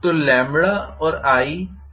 तो λ और i linearly संबंधित हैं